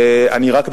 אני רק מקווה,